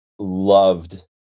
Loved